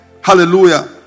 Hallelujah